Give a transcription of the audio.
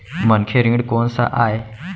मनखे ऋण कोन स आय?